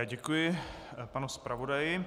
Děkuji panu zpravodaji.